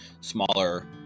smaller